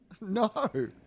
No